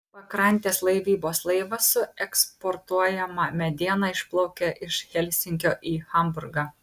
pakrantės laivybos laivas su eksportuojama mediena išplaukia iš helsinkio į hamburgą